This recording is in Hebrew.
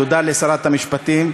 תודה לשרת המשפטים,